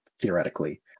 theoretically